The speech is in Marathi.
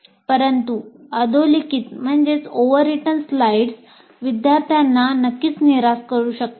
परंतु अधो लिखित स्लाइड्स विद्यार्थ्यांना नक्कीच निराश करू शकतात